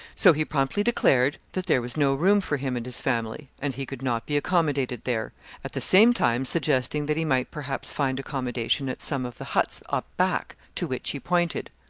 so he promptly declared that there was no room for him and his family, and he could not be accommodated there at the same time suggesting that he might perhaps find accommodation at some of the huts up back, to which he pointed.